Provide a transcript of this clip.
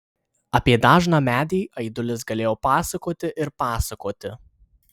apie dažną medį aidulis galėjo pasakoti ir pasakoti